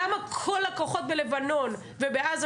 למה כל הכוחות בלבנון ובעזה,